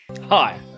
Hi